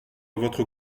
votre